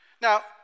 Now